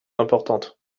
importantes